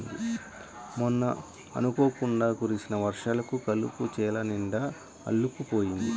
మొన్న అనుకోకుండా కురిసిన వర్షాలకు కలుపు చేలనిండా అల్లుకుపోయింది